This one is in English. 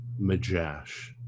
Majash